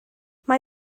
mae